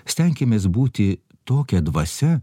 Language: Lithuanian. stenkimės būti tokia dvasia